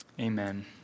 amen